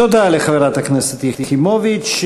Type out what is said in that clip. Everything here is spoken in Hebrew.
תודה לחברת הכנסת יחימוביץ.